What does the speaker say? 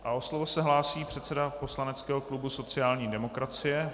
O slovo se hlásí předseda poslaneckého klubu sociální demokracie.